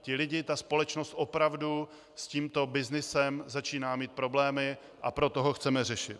Ti lidé, společnost opravdu s tímto byznysem začíná mít problémy, a proto ho chceme řešit.